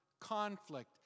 conflict